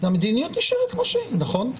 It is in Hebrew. והמדיניות תישאר כמו שהיא, נכון?